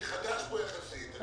אני חדש פה יחסית.